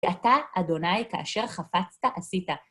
אתה, אדוני, כאשר חפצת, עשית.